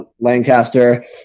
Lancaster